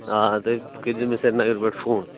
آ تُہۍ کٔرۍ زیو مےٚ سرینگرٕ پٮ۪ٹھ فون